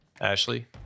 Ashley